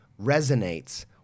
resonates